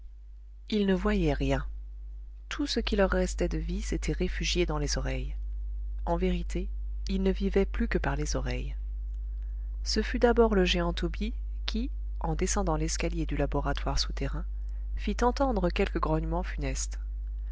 ils ne voyaient rien tout ce qui leur restait de vie s'était réfugié dans les oreilles en vérité ils ne vivaient plus que par les oreilles ce fut d'abord le géant tobie qui en descendant l'escalier du laboratoire souterrain fit entendre quelques grognements funestes